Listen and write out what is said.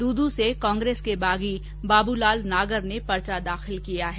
दूदू से कांग्रेस के बागी बाबू लाल नागर ने पर्चा दाखिल किया है